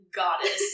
goddess